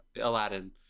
Aladdin